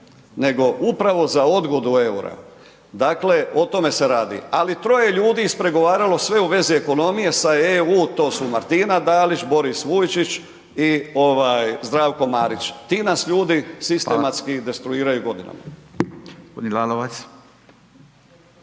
nego upravo za odgodu eura, dakle o tome se radi. Ali troje ljudi je ispregovaralo sve u vezi ekonomije sa EU to su Martina Dalić, Boris Vujčić i Zdravko Marić. Ti nas ljudi sistematski destruiraju godinama.